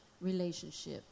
relationship